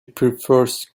prefers